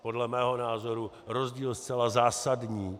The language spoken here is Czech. Podle mého názoru rozdíl zcela zásadní.